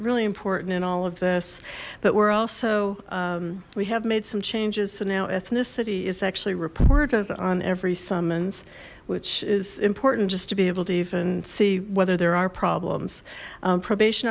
really important in all of this but we're also we have made some changes so now ethnicity is actually reported on every summons which is important just to be able to even see whether there are problems probation